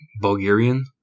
Bulgarian